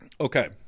Okay